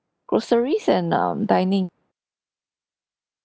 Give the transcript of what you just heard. groceries and um dining